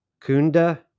Kunda